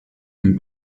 den